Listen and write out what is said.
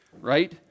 right